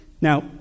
Now